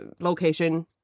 location